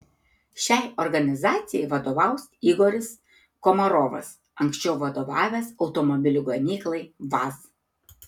šiai organizacijai vadovaus igoris komarovas anksčiau vadovavęs automobilių gamyklai vaz